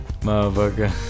motherfucker